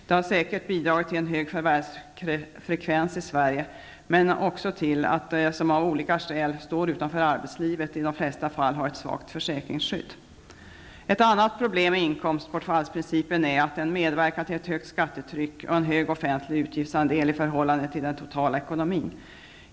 Det har säkerligen bidragit till en hög förvärvsfrekvens i Sverige men också till att de som av olika skäl står utanför arbetslivet i de flesta fall har ett svagt försäkringsskydd. Ett annat problem med inkomstbortfallsprincipen är att den medverkar till ett högt skattetryck och en hög offentlig utgiftsandel i förhållande till den totala ekonomin.